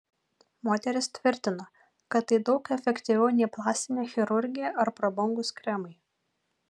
moteris tvirtina kad tai daug efektyviau nei plastinė chirurgija ar prabangūs kremai